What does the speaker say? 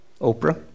Oprah